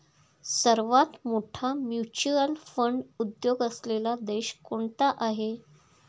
सर्वात मोठा mutual fund उद्योग असलेला देश कोणता आहे?